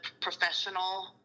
professional